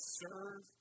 serve